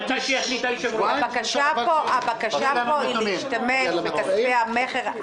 אני רוצה לבקש --- אני מצביע על הרביזיה.